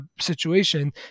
situation